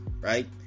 right